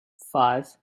five